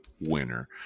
winner